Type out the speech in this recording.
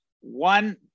one